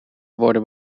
worden